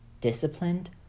disciplined